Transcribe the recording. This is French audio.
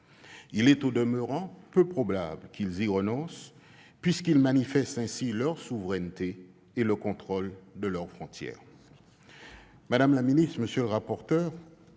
Il est au demeurant peu probable qu'ils y renoncent, puisqu'ils manifestent ainsi leur souveraineté et le contrôle de leurs frontières.